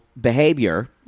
behavior